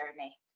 journey